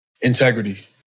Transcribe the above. Integrity